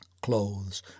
Clothes